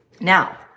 Now